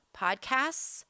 Podcasts